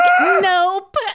nope